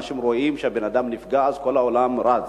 אנשים רואים שבן-אדם נפגע אז כל העולם רץ,